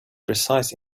precise